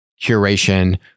curation